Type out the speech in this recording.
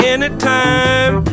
Anytime